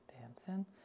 dancing